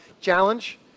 Challenge